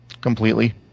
completely